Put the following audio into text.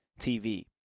TV